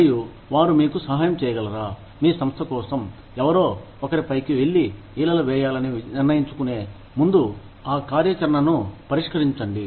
మరియు వారు మీకు సహాయం చేయగలరా మీ సంస్థ కోసం ఎవరో ఒకరిపైకి వెళ్లి ఈలలు వేయాలని నిర్ణయించుకునే ముందు ఆ కార్యాచరణను పరిష్కరించండి